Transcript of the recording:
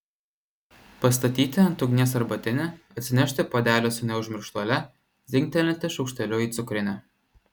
pastatyti ant ugnies arbatinį atsinešti puodelį su neužmirštuole dzingtelėti šaukšteliu į cukrinę